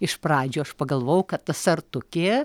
iš pradžių aš pagalvojau kad ta sartukė